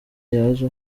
yaje